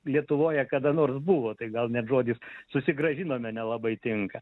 lietuvoje kada nors buvo tai gal net žodis susigrąžinome nelabai tinka